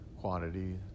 quantity